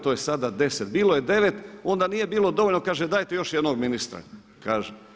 To je sada 10, bilo je 9, onda nije bilo dovoljno kaže dajte još jednog ministra, kaže.